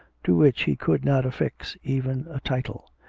to which he could not affix even a title.